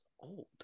old